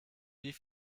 wie